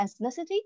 ethnicity